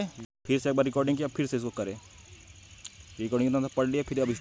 आयज किसम किसम नसल के गाय, भइसी आत हे जेखर ले जादा ले जादा दूद मिलथे